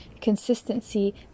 consistency